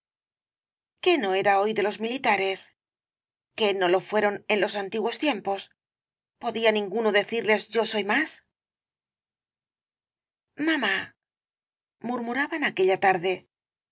qué no eran hoy los militares qué no lo fueron en los antiguos tiempos podía ninguno decirles yo soy más mamámurmuraban aquella tarde